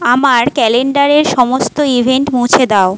আমার ক্যালেণ্ডারের সমস্ত ইভেন্ট মুছে দাও